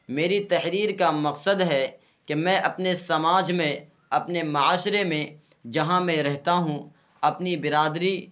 میری تحریر کا مقصد ہے کہ میں اپنے سماج میں اپنے معاشرے میں جہاں میں رہتا ہوں اپنی برادری